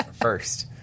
First